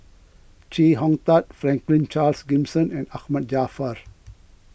Chee Hong Tat Franklin Charles Gimson and Ahmad Jaafar